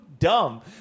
Dumb